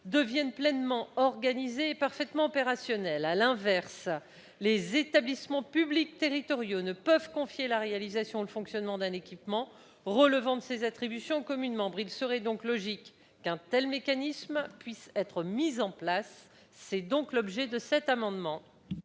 devienne pleinement organisée et parfaitement opérationnelle. À l'inverse, les établissements publics territoriaux, les EPT, ne peuvent confier la réalisation ou le fonctionnement d'un équipement relevant de leurs attributions aux communes membres. Il serait logique qu'un tel mécanisme puisse être mis en place. Quel est l'avis de la commission